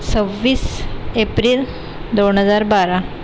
सव्वीस एप्रिल दोन हजार बारा